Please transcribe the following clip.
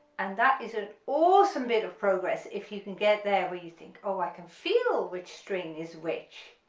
and that is an awesome bit of progress if you can get there where you think oh i can feel which string is which,